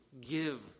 give